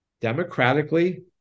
democratically